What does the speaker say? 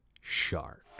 Shark